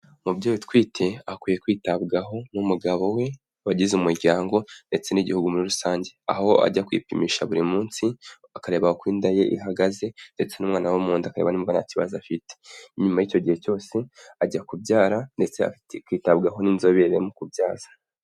Umubyeyi utwite akwiye kwitabwaho n'umugabo we wagize umuryango ndetse n'Igihugu muri rusange, aho ajya kwipimisha buri munsi akareba uko inda ye ihagaze ndetse n'umwana womunda akareba nimba ntakibazok afite, nyuma y'icyogihe cyose ajya kubyara ndetse afite kwitabwaho n'inzobere mu kubyaza.